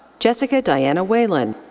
jessica dianna whalen.